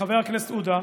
חבר הכנסת עודה.